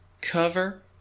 cover